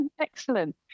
Excellent